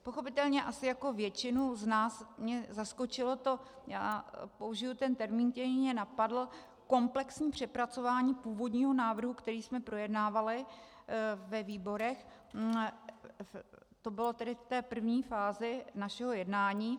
Pochopitelně jako asi většinu z nás mě zaskočilo to použiji termín, který mě napadl komplexní přepracování původního návrhu, který jsme projednávali ve výborech, to bylo tedy v té první fázi našeho jednání.